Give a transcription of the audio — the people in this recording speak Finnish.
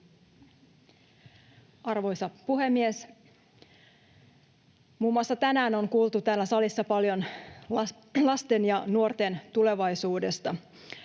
Arvoisa puhemies! Muun muassa tänään on kuultu täällä salissa paljon lasten ja nuorten tulevaisuudesta.